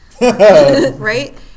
Right